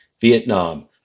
Vietnam